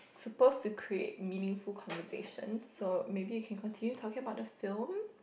suppose to create meaningful conservation so maybe you can continue talking about the film